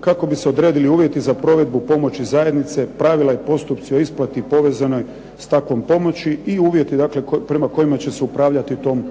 kako bi se odredili uvjeti za provedbu pomoći zajednice, pravila i postupci o isplati povezanoj s takvom pomoći i uvjeti, dakle prema kojima će se upravljati tom